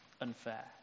unfair